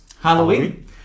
Halloween